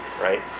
right